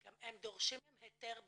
הם דורשים היתר בניה.